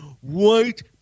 white